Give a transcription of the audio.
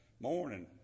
morning